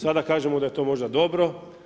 Sada kažemo da je to možda dobro.